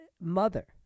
mother